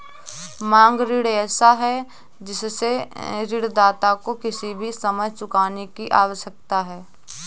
मांग ऋण ऐसा है जिससे ऋणदाता को किसी भी समय चुकाने की आवश्यकता है